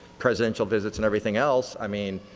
presidential visits and everything else. i mean,